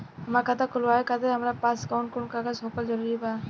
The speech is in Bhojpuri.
हमार खाता खोलवावे खातिर हमरा पास कऊन कऊन कागज होखल जरूरी बा?